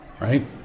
right